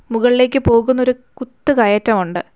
മുകളിലേക്ക് പോകുന്ന ഒരു കുത്ത് കയറ്റമുണ്ട്